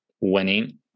winning